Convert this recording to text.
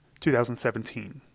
2017